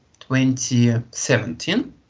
2017